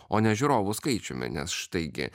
o ne žiūrovų skaičiumi nes štaigi